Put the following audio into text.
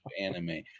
anime